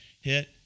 hit